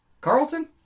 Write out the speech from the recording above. Carlton